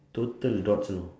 total dots you know